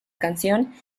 canción